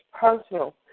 personal